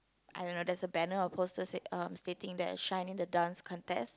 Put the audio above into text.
I don't know there's a banner or poster say um stating there shine in the Dance Contest